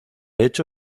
hecho